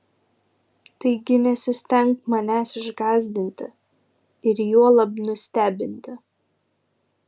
taigi nesistenk manęs išgąsdinti ir juolab nustebinti